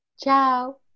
Ciao